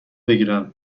بگیرن